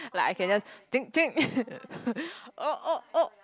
like I can just oh oh oh